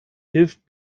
hilft